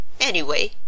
Anyway